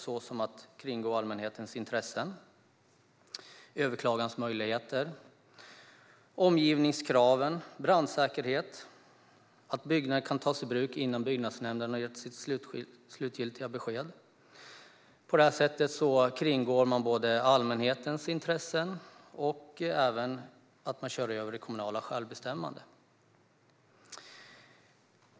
Man kan kringgå allmänhetens intressen, överklagandemöjligheter, omgivningskraven och brandsäkerheten, och byggnaden kan tas i bruk innan byggnadsnämnden gett sitt slutgiltiga besked. På det sättet både kringgår man allmänhetens intressen och kör även över det kommunala självbestämmandet.